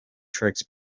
tricks